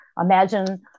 imagine